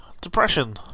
Depression